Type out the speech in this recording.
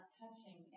touching